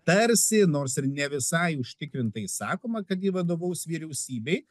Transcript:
tarsi nors ir ne visai užtikrintai sakoma kad ji vadovaus vyriausybei